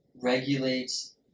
regulates